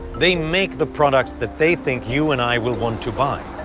they make the products that they think you and i will want to buy.